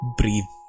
breathe